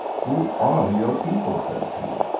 who are your people? says he.